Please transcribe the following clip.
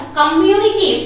community